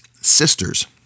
sisters